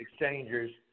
exchanger's